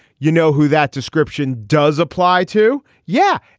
you know who that description does apply to? yeah,